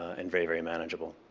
and very, very manageable.